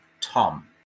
Tom